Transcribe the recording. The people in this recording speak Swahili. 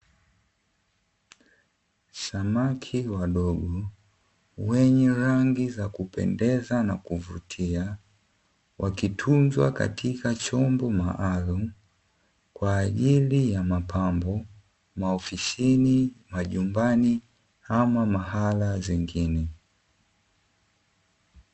Samaki wadogo wenye rangi za kupendeza na kuvutia, wakitunzwa katika chombo maalumu kwa ajili ya mapambo maofisi, majumbani ama mahala zingine.